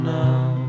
now